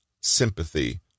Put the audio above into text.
sympathy